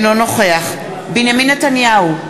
אינו נוכח בנימין נתניהו,